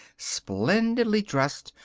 splendidly dressed,